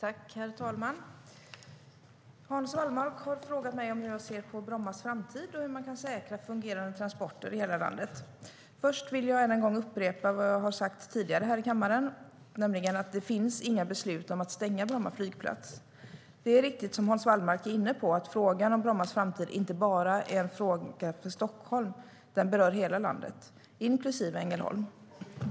Herr talman! Hans Wallmark har frågat mig om hur jag ser på Brommas framtid och hur man kan säkra fungerande transporter i hela landet. Det är riktigt, som Hans Wallmark är inne på, att frågan om Brommas framtid inte bara är en fråga för Stockholm, utan den berör hela landet, inklusive Ängelholm.